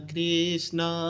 Krishna